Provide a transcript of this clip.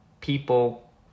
people